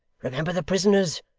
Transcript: remember the prisoners!